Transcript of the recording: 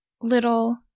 little